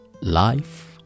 Life